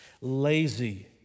lazy